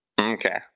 okay